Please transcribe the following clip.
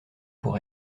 pour